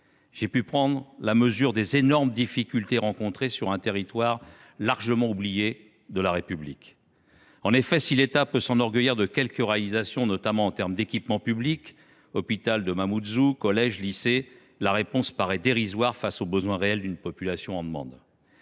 J’ai pu prendre la mesure des énormes difficultés rencontrées sur un territoire largement oublié de la République. En effet, si l’État peut s’enorgueillir de quelques réalisations, notamment en termes d’équipements publics – hôpital de Mamoudzou, collèges, lycées –, la réponse paraît dérisoire face aux besoins réels d’une population en demande.